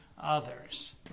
others